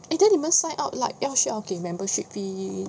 eh then 你们 sign up right 要需要给 membership fee